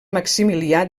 maximilià